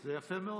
זה יפה מאוד.